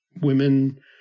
women